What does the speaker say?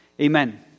Amen